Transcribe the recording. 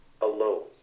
alone